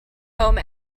home